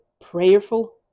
prayerful